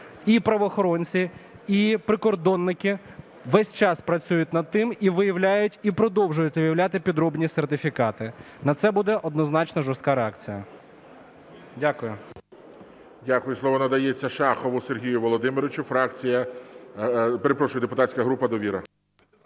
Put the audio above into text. І правоохоронці, і прикордонники весь час працюють над тим і виявляють, і продовжують виявляти підробні сертифікати. На це буде однозначно жорстка реакція. Дякую.